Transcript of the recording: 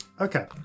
Okay